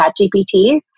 ChatGPT